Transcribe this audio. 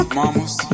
mamas